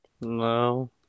no